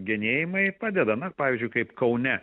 genėjimai padeda na pavyzdžiui kaip kaune